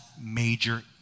major